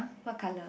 what color